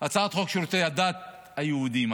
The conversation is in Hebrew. הצעת חוק שירותי הדת היהודיים.